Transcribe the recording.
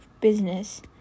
business